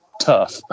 tough